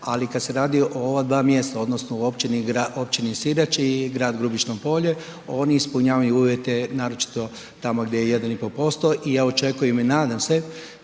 ali kad se radi o ova dva mjesta odnosno u općini, općini Sirač i grad Grubišno Polje oni ispunjavaju uvjete naročito tamo gdje je 1,5% i ja očekujem i nadam se